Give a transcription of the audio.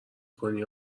کنی